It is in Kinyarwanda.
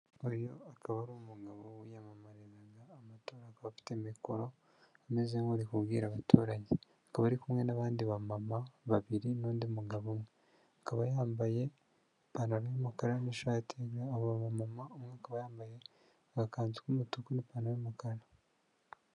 Uyu akaba ari umugabo wiyamamarizaga amatora akaba afite mikoro ameze nk'uri kubwira abaturage akaba ari kumwe n'abandi ba mama babiri n'undi mugabo umwe akaba yambaye ipantaro y'umukara n'ishatiya aba bamama umwe yambaye agakanzu k'umutuku n'ipantaro y'umukara.